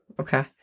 Okay